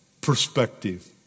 Perspective